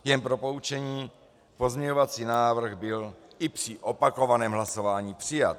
Jen pro poučení, pozměňovací návrh byl i při opakovaném hlasování přijat.